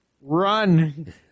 Run